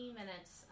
minutes